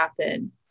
happen